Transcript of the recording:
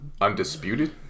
Undisputed